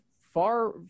far